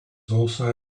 also